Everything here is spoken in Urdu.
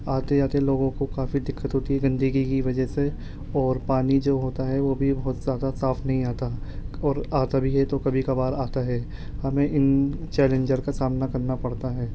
آتے آتے لوگوں کو کافی دقت ہوتی ہے گندگی کی وجہ سے اور پانی جو ہوتا ہے وہ بھی بہت زیادہ صاف نہیں آتا اور آتا بھی ہے تو کبھی کبھار آتا ہے ہمیں اِن چیلنجز کا سامنا کرنا پڑتا ہے